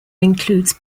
includes